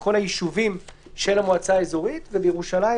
אלה כל הישובים של המועצה האזורית ולירושלים,